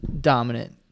dominant